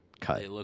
cut